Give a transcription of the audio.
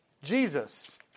Jesus